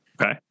Okay